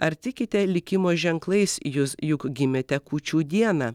ar tikite likimo ženklais jūs juk gimėte kūčių dieną